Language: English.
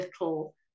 little